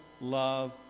love